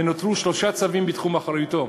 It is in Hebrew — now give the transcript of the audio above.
ונותרו שלושה צווים בתחום אחריותו.